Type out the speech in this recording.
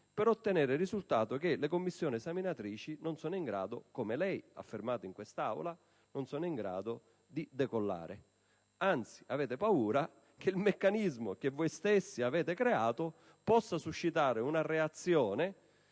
ottenendo il risultato che le commissioni esaminatrici non sono in grado, come lei ha affermato in quest'Aula, di decollare. Anzi, avete paura che il meccanismo che voi stessi avete creato possa suscitare una reazione